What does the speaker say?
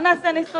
לנו